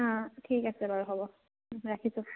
অঁঁ ঠিক আছে বাৰু হ'ব ৰাখিছোঁ